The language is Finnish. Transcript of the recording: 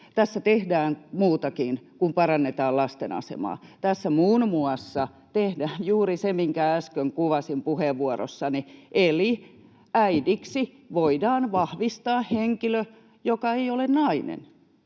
Tässä tehdään muutakin kuin parannetaan lasten asemaa. Tässä muun muassa tehdään juuri se, minkä äsken kuvasin puheenvuorossani, eli äidiksi voidaan vahvistaa henkilö, joka ei ole nainen,